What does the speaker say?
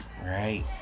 right